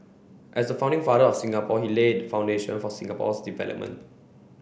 as the founding father of Singapore he laid the foundation for Singapore's development